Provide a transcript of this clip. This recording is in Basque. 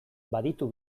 baditu